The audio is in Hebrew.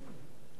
תודה רבה.